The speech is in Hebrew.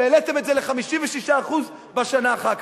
והעליתם את זה ל-56% בשנה אחר כך.